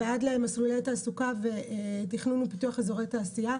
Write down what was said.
ועד למסלולי תעסוקה ותכנון ופיתוח אזורי תעשייה.